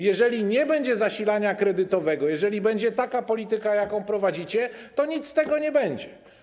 Jeżeli nie będzie zasilania kredytowego, jeżeli będzie taka polityka, jaką prowadzicie, to nic z tego nie będzie.